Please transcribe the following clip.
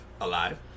alive